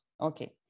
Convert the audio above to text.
Okay